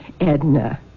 Edna